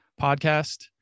podcast